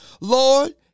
Lord